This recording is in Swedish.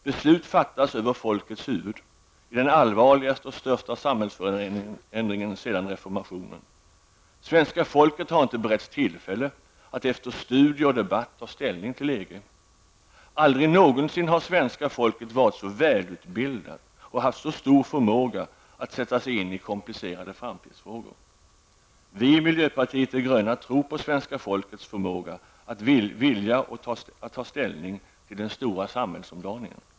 Beslut fattas över folkets huvud vid den allvarligaste och största samhällsförändringen sedan reformationen. Svenska folket har inte beretts tillfälle att efter studier och debatt ta ställning till EG. Aldrig någonsin har svenska folket varit så välutbildat och haft så stor förmåga att sätta sig in i komplicerade framtidsfrågor. Vi i miljöpartiet de gröna tror på svenska folkets förmåga och vilja att ta ställning till den stora samhällsomdaningen.